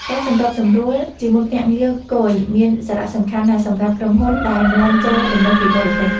ការសម្របសម្រួលជាមួយភ្នាក់ងារគយមានសារៈសំខាន់ណាស់សម្រាប់ក្រុមហ៊ុនដែលនាំចូលទំនិញពីបរទេស។